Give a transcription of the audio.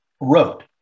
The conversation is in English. wrote